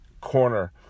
corner